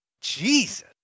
Jesus